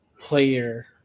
player